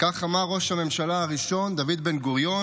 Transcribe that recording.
כך אמר ראש הממשלה הראשון דוד בן גוריון